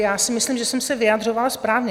Já si myslím, že jsem se vyjadřovala správně.